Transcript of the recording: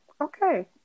Okay